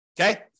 okay